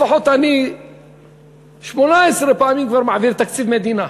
לפחות אני 18 פעמים כבר מעביר תקציב מדינה,